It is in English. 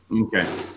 Okay